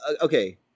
okay